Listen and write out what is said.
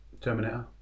Terminator